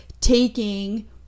taking